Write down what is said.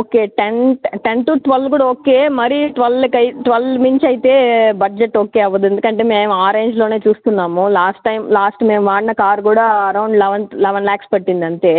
okay ten ten to twelve కూడా okay మరీ twelve twelve మించి అయితే బడ్జెట్ ఓకే అవ్వదు ఎందుకంటే మేము ఆ రేంజ్ లోనే చూస్తున్నాము లాస్ట్ టైం లాస్ట్ మేము వాడిన కార్ కూడా అరౌండ్ లెవెన్ లెవెన్ లాక్స్ పట్టింది అంతే